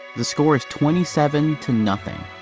the score is twenty seven to nothing.